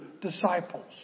disciples